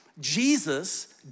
Jesus